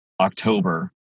October